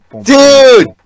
Dude